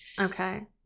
Okay